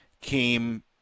came